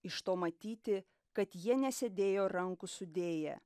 iš to matyti kad jie nesėdėjo rankų sudėję